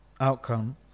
outcome